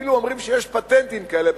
אפילו אומרים שיש פטנטים כאלה,